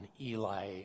Eli